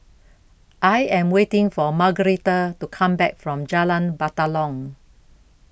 I Am waiting For Margueritta to Come Back from Jalan Batalong